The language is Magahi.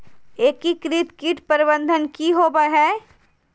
एकीकृत कीट प्रबंधन की होवय हैय?